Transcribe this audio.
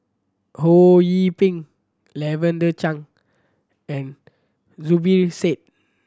Ho Yee Ping Lavender Chang and Zubir Said